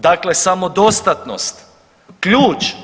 Dakle, samodostatnost, ključ.